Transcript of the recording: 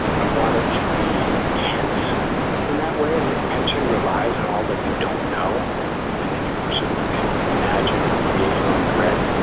i wanted to be tense in that way. and that tension relies on all that you don't know and that you sort of can imagine or create your own dread.